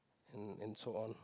and and so on